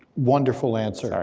wonderful answer.